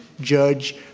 Judge